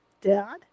Dad